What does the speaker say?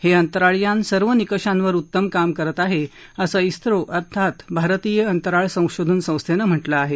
हे अंतराळ यान सर्व निकंषावर उत्तम काम करत आहे असं झो अर्थात भारतीय अंतराळ संशोधन संस्थेनं म्हटलं आहे